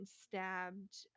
stabbed